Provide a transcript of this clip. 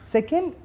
Second